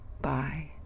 Bye